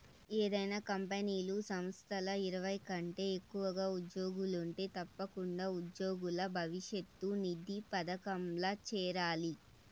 ఏదైనా కంపెనీలు, సంస్థల్ల ఇరవై కంటే ఎక్కువగా ఉజ్జోగులుంటే తప్పకుండా ఉజ్జోగుల భవిష్యతు నిధి పదకంల చేరాలి